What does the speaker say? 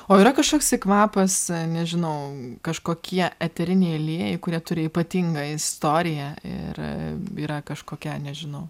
o yra kažkoks tai kvapas nežinau kažkokie eteriniai aliejai kurie turi ypatingą istoriją ir yra kažkokia nežinau